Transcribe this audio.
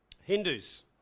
Hindus